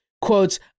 quotes